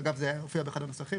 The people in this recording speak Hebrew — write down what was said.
שאגב זה הופיע באחד הנוסחים,